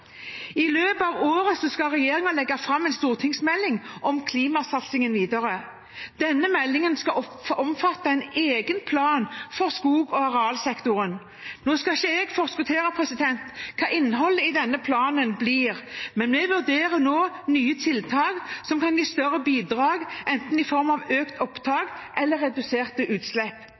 I løpet av året skal regjeringen legge fram en stortingsmelding om klimasatsingen videre. Denne meldingen skal omfatte en egen plan for skog- og arealsektoren. Nå skal ikke jeg forskuttere hva innholdet i denne planen blir, men vi vurderer nå nye tiltak som kan gi større bidrag enten i form av økt opptak eller reduserte utslipp.